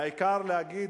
העיקר לומר: